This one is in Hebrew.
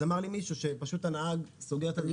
אמר לי מישהו שפשוט הנהג סוגר את הדלת בפניו.